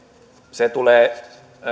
se tulee